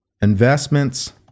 Investments